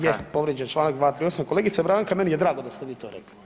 Je, povrijeđen je Članak 238., kolegice Branka meni je drago da ste vi to rekli.